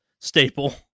staple